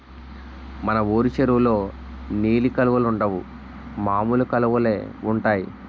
మన వూరు చెరువులో నీలి కలువలుండవు మామూలు కలువలే ఉంటాయి